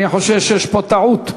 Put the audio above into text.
אני חושש שיש פה טעות.